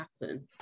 happen